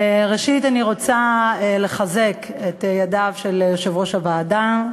ראשית אני רוצה לחזק את ידיו של יושב-ראש הוועדה,